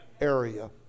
area